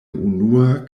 unua